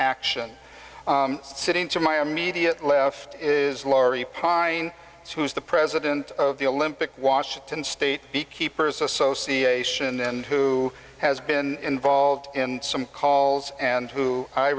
action sitting to my immediate left is laurie pine who is the president of the olympic washington state the keepers association and who has been solved in some calls and who i